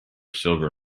silver